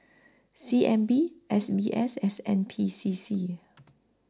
C N B S B S S N P C C